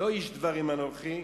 איש דברים אנוכי,